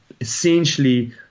essentially